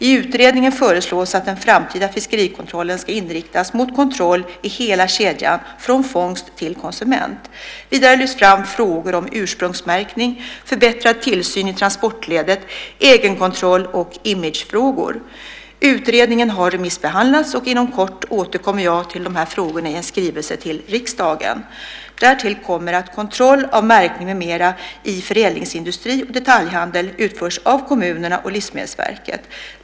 I utredningen föreslås att den framtida fiskerikontrollen ska inriktas mot kontroll i hela kedjan från fångst till konsument. Vidare lyfts det fram frågor om ursprungsmärkning, förbättrad tillsyn i transportledet, egenkontroll och imagefrågor. Utredningen har remissbehandlats och inom kort återkommer jag till dessa frågor i en skrivelse till riksdagen. Därtill kommer att kontroll av märkning med mera i förädlingsindustri och detaljhandel utförs av kommunerna och Livsmedelsverket.